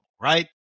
Right